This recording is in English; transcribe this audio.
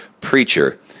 Preacher